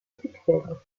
succède